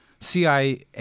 CIA